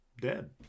dead